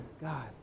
God